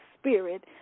Spirit